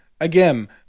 Again